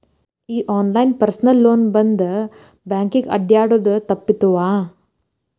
ಈ online personal loan ಬಂದ್ ಬ್ಯಾಂಕಿಗೆ ಅಡ್ಡ್ಯಾಡುದ ತಪ್ಪಿತವ್ವಾ